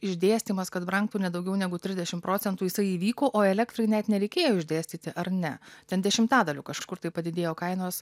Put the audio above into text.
išdėstymas kad brangtų ne daugiau negu trisdešim procentų jisai įvyko o elektrai net nereikėjo išdėstyti ar ne ten dešimtadaliu kažkur tai padidėjo kainos